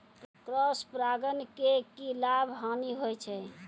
Cross परागण के की लाभ, हानि होय छै?